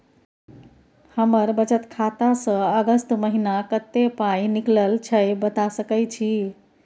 हमर बचत खाता स अगस्त महीना कत्ते पाई निकलल छै बता सके छि?